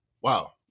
Wow